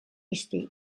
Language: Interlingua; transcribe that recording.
iste